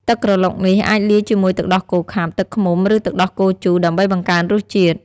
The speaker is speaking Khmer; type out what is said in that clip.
ទឹកក្រឡុកនេះអាចលាយជាមួយទឹកដោះគោខាប់ ទឹកឃ្មុំ ឬទឹកដោះគោជូរ ដើម្បីបង្កើនរសជាតិ។